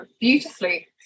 Beautifully